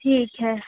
ठीक है